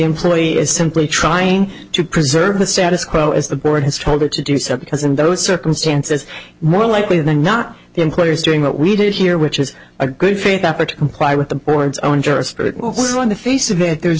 employee is simply trying to preserve the status quo as the board has told her to do so because in those circumstances more likely than not the employer is doing what we do here which is a good faith effort to comply with the board's own interest on the face of it there's